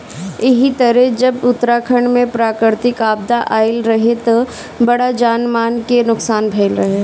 एही तरे जब उत्तराखंड में प्राकृतिक आपदा आईल रहे त बड़ा जान माल के नुकसान भईल रहे